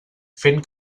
fent